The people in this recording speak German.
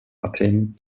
athen